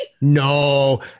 No